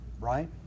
Right